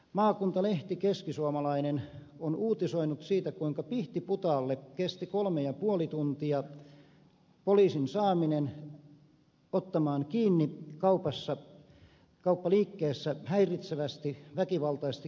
maakuntalehti keskisuomalainen on uutisoinut siitä kuinka pihtiputaalla kesti kolme ja puoli tuntia poliisin saaminen ottamaan kiinni kauppaliikkeessä häiritsevästi väkivaltaisesti käyttäytyvää ihmistä